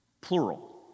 plural